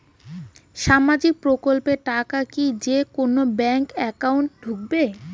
সামাজিক প্রকল্পের টাকা কি যে কুনো ব্যাংক একাউন্টে ঢুকে?